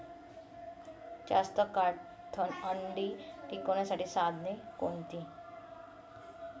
जास्त काळ अंडी टिकवण्यासाठी साधने कोणती?